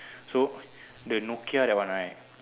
so the Nokia that one right